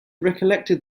recollected